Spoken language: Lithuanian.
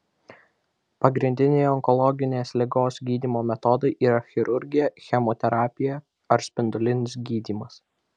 pagrindiniai onkologinės ligos gydymo metodai yra chirurgija chemoterapija ar spindulinis gydymas